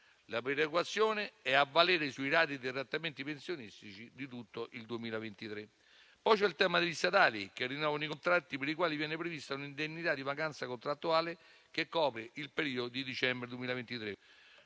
La perequazione è a valere sui ratei dei trattamenti pensionistici di tutto il 2023. Vi è poi il tema degli statali che rinnovano i contratti, per i quali viene prevista una indennità di vacanza contrattuale che copre il periodo di dicembre 2023.